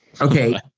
Okay